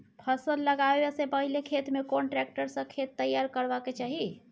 फसल लगाबै स पहिले खेत में कोन ट्रैक्टर स खेत तैयार करबा के चाही?